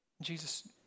Jesus